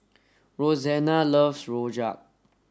Rosanna loves Rojak